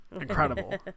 incredible